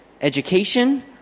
education